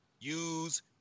use